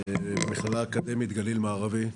במכללה האקדמית גליל מערבי.